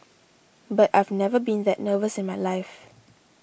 but I've never been that nervous in my life